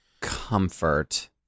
Comfort